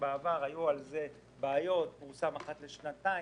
היו בעבר בעיות בכך שהוא פורסם אחת לשנתיים-שלוש,